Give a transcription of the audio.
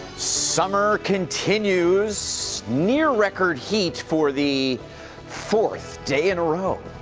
summer continues, near record heat for the fourth day in a row!